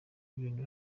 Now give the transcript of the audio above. ibintu